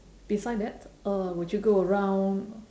beside that uh would you go around